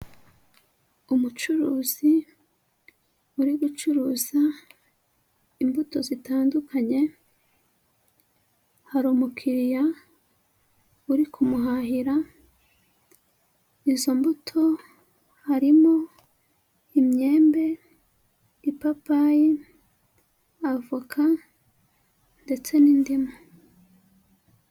Umucuruzi uri gucuruza imbuto zitandukanye, hari umukiya uri kumuhahira, izo mbuto harimo; imyembe, ipapayi, avoka, ndetse n'indimu.